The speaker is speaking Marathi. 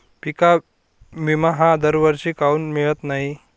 पिका विमा हा दरवर्षी काऊन मिळत न्हाई?